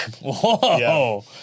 Whoa